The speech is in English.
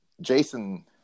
Jason